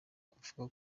ukuvuga